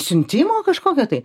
siuntimo kažkokio tai